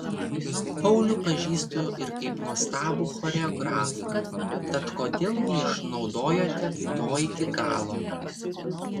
paulių pažįstu ir kaip nuostabų choreografą tad kodėl neišnaudojote to iki galo